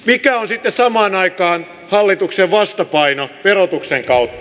mikä on sitten samaan aikaan hallituksen vastapaino verotuksen kautta